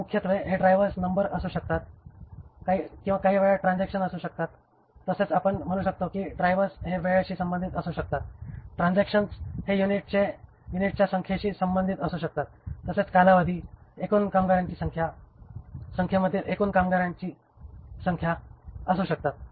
तर मुख्यत्वे हे ड्रायव्हर्स नंबर असू शकतात किंवा काही वेळा ट्रान्झॅक्शन्स असू शकतात तसेच आपण म्हणू शकता की ड्रायव्हर्स हे वेळेशी संबंधित असू शकतात ट्रान्झॅक्शन्स हे युनिट्स च्या संख्येशी संबंधित असू शकतात तसेच कालावधी एकूण कामगारांची संख्या संस्थेमधील एकूण कर्मचाऱ्यांची संख्या असू शकतात